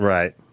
Right